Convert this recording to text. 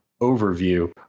overview